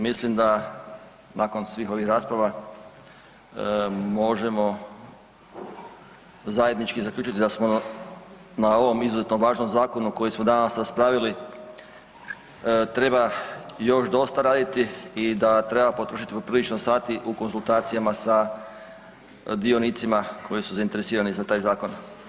Mislim da nakon svih ovih rasprava možemo zajednički zaključiti da smo na ovom izuzetno važnom zakonu koji smo danas raspravili treba još dosta raditi i da treba poprilično stati u konzultacijama sa dionicima koji su zainteresirani za taj zakon.